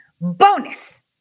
bonus